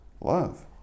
love